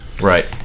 Right